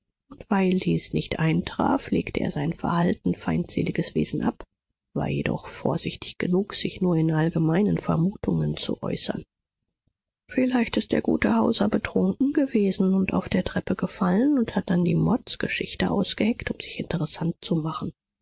und weil dies nicht eintraf legte er sein verhalten feindseliges wesen ab war jedoch vorsichtig genug sich nur in allgemeinen vermutungen zu äußern vielleicht ist der gute hauser betrunken gewesen und auf der treppe gefallen und hat dann die mordsgeschichte ausgeheckt um sich interessant zu machen